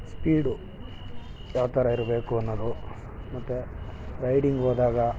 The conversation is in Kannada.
ಸ್ಪೀಡು ಯಾವ ಥರ ಇರಬೇಕು ಅನ್ನೋದು ಮತ್ತು ರೈಡಿಂಗ್ ಹೋದಾಗ